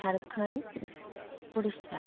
Jharkhand Orissa